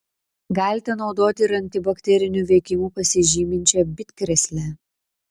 galite naudoti ir antibakteriniu veikimu pasižyminčią bitkrėslę